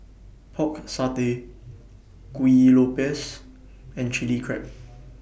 Pork Satay Kuih Lopes and Chili Crab